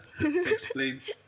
explains